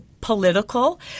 political